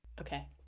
Okay